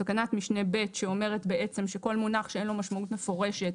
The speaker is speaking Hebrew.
בתקנת משנה (ב) שאומרת בעצם שכל מונח שאין לו משמעות מפורשת,